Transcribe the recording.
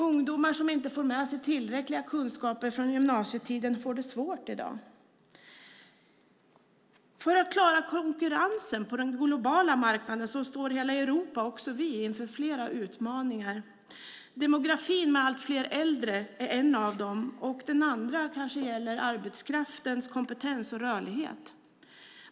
Ungdomar som inte får med sig tillräckliga kunskaper under gymnasietiden får det svårt i dag. För att klara konkurrensen på den globala marknaden står hela Europa, också vi, inför flera utmaningar. Demografin, med allt fler äldre, är en av dem. En annan kanske gäller arbetskraftens kompetens och rörlighet.